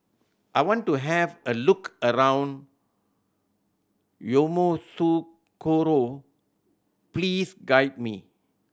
I want to have a look around Yamoussoukro please guide me